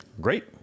Great